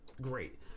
great